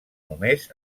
només